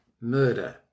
murder